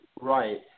Right